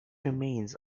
remains